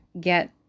get